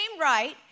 right